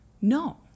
no